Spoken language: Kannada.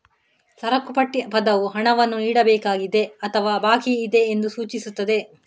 ಸರಕು ಪಟ್ಟಿ ಪದವು ಹಣವನ್ನು ನೀಡಬೇಕಾಗಿದೆ ಅಥವಾ ಬಾಕಿಯಿದೆ ಎಂದು ಸೂಚಿಸುತ್ತದೆ